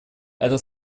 это